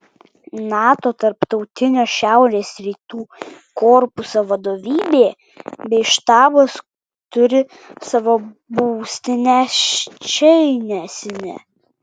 nato tarptautinio šiaurės rytų korpuso vadovybė bei štabas turi savo būstinę ščecine